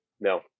No